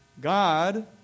God